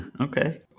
okay